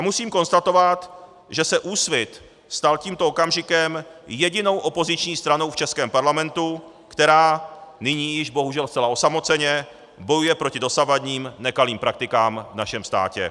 Musím konstatovat, že se Úsvit stal tímto okamžikem jedinou opoziční stranou v českém parlamentu, která nyní již bohužel zcela osamoceně bojuje proti dosavadním nekalým praktikám v našem státě.